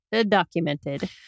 documented